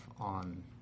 on